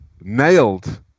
nailed